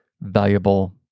valuable